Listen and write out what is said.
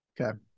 Okay